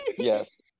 Yes